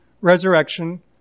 resurrection